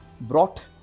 brought